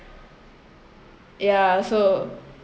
yeah so